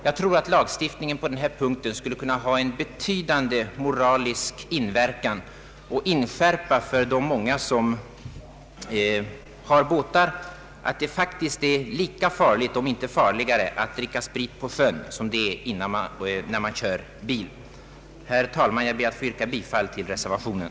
Jag tror att lagstiftningen på denna punkt skulle kunna ha en betydande moralisk inverkan och inskärpa hos de många människor som äger båtar att det faktiskt är lika farligt — om inte farligare — att dricka sprit på sjön som när det gäller bilkörning. Herr talman! Jag ber att få yrka bifall till reservationen.